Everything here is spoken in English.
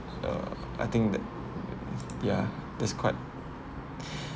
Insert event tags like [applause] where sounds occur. uh I think that ya that's quite [breath]